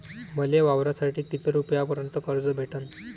मले वावरासाठी किती रुपयापर्यंत कर्ज भेटन?